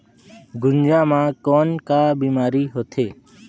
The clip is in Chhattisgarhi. गुनजा मा कौन का बीमारी होथे?